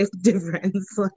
difference